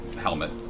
helmet